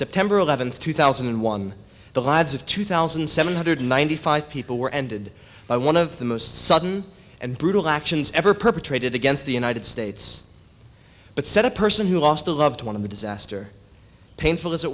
september eleventh two thousand and one the lives of two thousand seven hundred ninety five people were ended by one of the most sudden and brutal actions ever perpetrated against the united states but set a person who lost a loved one of the disaster painful